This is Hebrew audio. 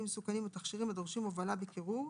מסוכנים או תכשירים הדורשים הובלה בקירור,"